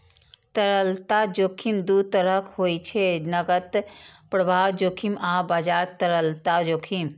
तरलता जोखिम दू तरहक होइ छै, नकद प्रवाह जोखिम आ बाजार तरलता जोखिम